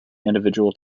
individual